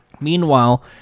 Meanwhile